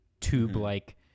tube-like